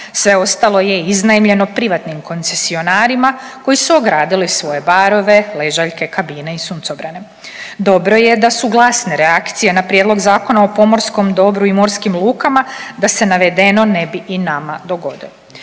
Sve ostalo je iznajmljeno privatnim koncesionarima koji su ogradili svoje barove, ležaljke, kabine i suncobrane. Dobro je da su glasne reakcije na Prijedlog Zakona o pomorskom dobru i morskim lukama da se navedeno ne bi i nama dogodilo.